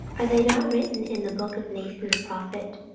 are they not written in the book of nathan the prophet,